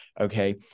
Okay